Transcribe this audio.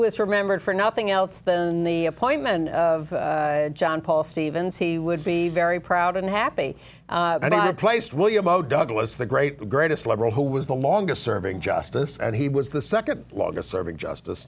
was remembered for nothing else than the appointment of john paul stevens he would be very proud and happy and i placed william o douglas the great the greatest liberal who was the longest serving justice and he was the nd longest serving justice